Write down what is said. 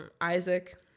Isaac